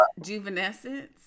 Juvenescence